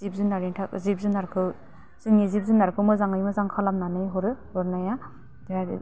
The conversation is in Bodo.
जिब जुनारनि जिब जुनारखौ जोंनि जिब जुनारखौ मोजाङै मोजां खालामनानै हरो हरनाया ओमफ्राय आरो